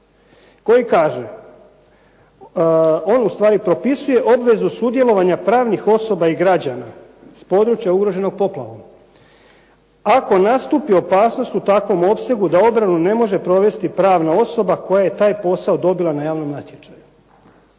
koji kaže on ustvari propisuje obvezu sudjelovanja pravnih osoba i građana s područja ugroženog poplavom. "Ako nastupi opasnost u takvom opsegu da obranu ne može provesti pravna osoba koja je taj posao dobila na javnom natječaju."